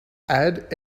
add